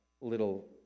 little